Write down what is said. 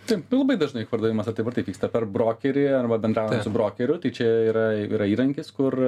taip nu labai dažnai pardavimas ar taip ar taip vyksta per brokerį arba bendraujant su brokeriu tai čia yra yra įrankis kur